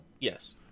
Yes